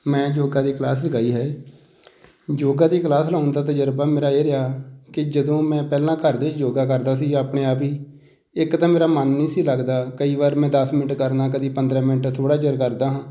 ਮੈਂ ਯੋਗਾ ਦੀ ਕਲਾਸ ਲਗਾਈ ਹੈ ਯੋਗਾ ਦੀ ਕਲਾਸ ਲਗਾਉਣ ਦਾ ਤਜਰਬਾ ਮੇਰਾ ਇਹ ਰਿਹਾ ਕਿ ਜਦੋਂ ਮੈਂ ਪਹਿਲਾਂ ਘਰ ਦੇ ਯੋਗਾ ਕਰਦਾ ਸੀ ਆਪਣੇ ਆਪ ਹੀ ਇੱਕ ਤਾਂ ਮੇਰਾ ਮਨ ਨਹੀਂ ਸੀ ਲੱਗਦਾ ਕਈ ਵਾਰ ਮੈਂ ਦਸ ਮਿੰਟ ਕਰਨਾ ਕਦੀ ਪੰਦਰਾਂ ਮਿੰਟ ਥੋੜ੍ਹਾ ਚਿਰ ਕਰਦਾ ਹਾਂ